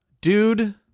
Dude